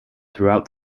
throughout